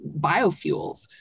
biofuels